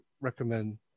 recommend